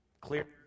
clear